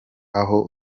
aho